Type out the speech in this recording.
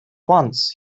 once